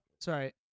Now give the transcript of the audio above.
Sorry